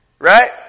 Right